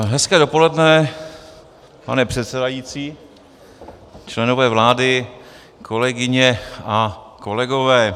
Hezké dopoledne, pane předsedající, členové vlády, kolegyně a kolegové.